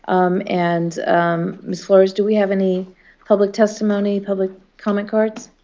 um and ms. flores, do we have any public testimony, public comment cards?